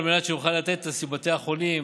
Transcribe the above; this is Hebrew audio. בבתי החולים,